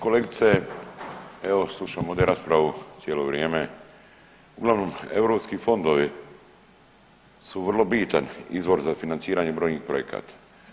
Kolegice evo slušam ovdje raspravu cijelo vrijeme, uglavnom europski fondovi su vrlo bitan izvor za financiranje brojnih projekata.